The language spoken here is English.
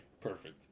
perfect